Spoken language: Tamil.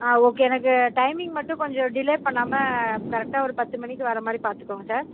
ஆ ஓகே எனக்கு டைமிங் மட்டும் கொஞ்சம் டிலே பண்ணாமல் கரெக்டாக ஒரு பத்து மணிக்கு வர மாதிரி பார்த்துக்கோங்க சார்